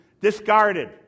discarded